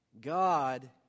God